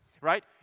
right